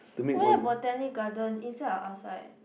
where Botanic-Gardens inside or outside